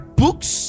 books